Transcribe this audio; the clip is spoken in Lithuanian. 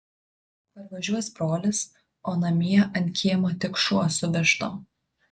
parvažiuos brolis o namie ant kiemo tik šuo su vištom